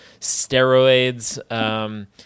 steroids